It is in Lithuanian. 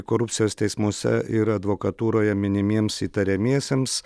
korupcijos teismuose ir advokatūroje minimiems įtariamiesiems